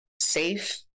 safe